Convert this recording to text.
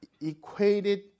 equated